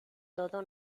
todo